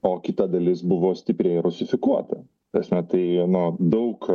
o kita dalis buvo stipriai rusifikuota ta prasme tai na daug